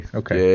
okay